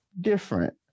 different